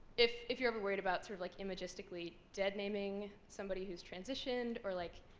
if if you're ever worried about sort of like imagistically dead naming somebody who's transitioned or, like